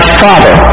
father